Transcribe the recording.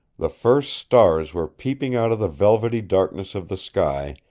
the first stars were peeping out of the velvety darkness of the sky,